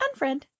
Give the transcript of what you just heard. unfriend